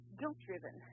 guilt-driven